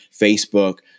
Facebook